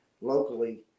locally